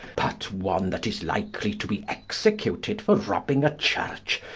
but one that is like to be executed for robbing a church,